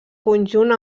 conjunt